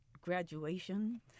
graduation